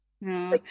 No